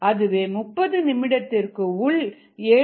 அதுவே 30 நிமிடத்திற்கு உள் 7